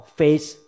face